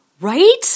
Right